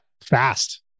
fast